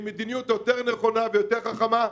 עם מדיניות יותר נכונה ויותר חכמה.